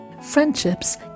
Friendships